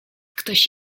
ktoś